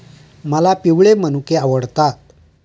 मला पिवळे मनुके आवडतात